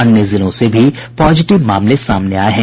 अन्य जिलों से भी पॉजिटिव मामले सामने आये हैं